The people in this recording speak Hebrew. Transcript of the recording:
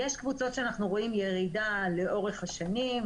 יש קבוצות שבהן אנחנו רואים ירידה לאורך שנים,